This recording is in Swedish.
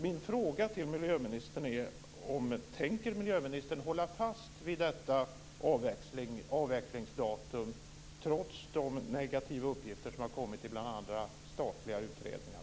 Min fråga är: Tänker miljöministern hålla fast vid detta avvecklingsdatum, trots de negativa uppgifter som har kommit fram i bl.a. statliga utredningar?